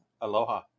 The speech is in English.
Aloha